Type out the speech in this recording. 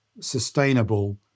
sustainable